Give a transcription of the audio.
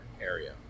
area